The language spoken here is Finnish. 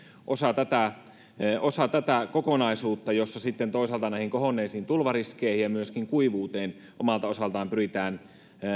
osa tätä osa tätä kokonaisuutta jossa sitten toisaalta näihin kohonneisiin tulvariskeihin ja myöskin kuivuuteen omalta osaltaan pyritään